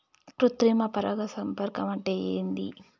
కృత్రిమ పరాగ సంపర్కం అంటే ఏంది?